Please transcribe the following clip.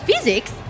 Physics